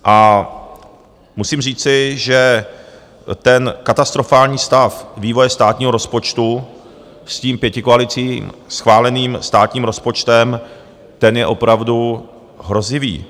A musím říci, že ten katastrofální stav vývoje státního rozpočtu s tím pětikoalicí schváleným státním rozpočtem, ten je opravdu hrozivý.